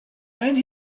and